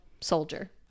soldier